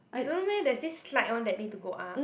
you don't know meh there's this slight one that need to go up